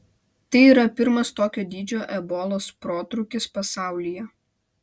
tai yra pirmas tokio dydžio ebolos protrūkis pasaulyje